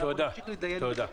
אנחנו נמשיך לדון בזה.